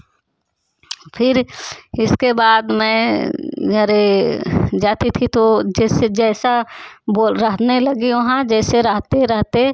फिर इसके बाद मैं घर जाती थी तो जिससे जैसा बोल रहा नहीं लगी वहाँ जैसे रहते रहते